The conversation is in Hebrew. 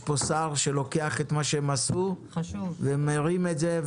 יש פה שר שלוקח את מה שהם עשו ומרים את זה.